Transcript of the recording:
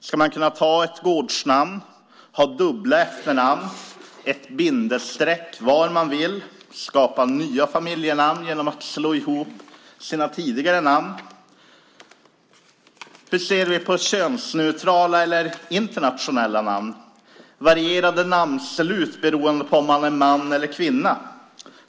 Ska man kunna ta ett gårdsnamn, ha dubbla efternamn, ett bindestreck var man vill eller skapa nya familjenamn genom att slå ihop sina tidigare namn? Hur ser vi på könsneutrala eller internationella namn och på varierade namnslut beroende på om man är man eller kvinna?